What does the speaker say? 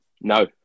No